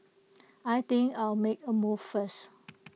I think I'll make A move first